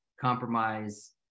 compromise